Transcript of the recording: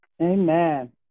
Amen